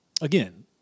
again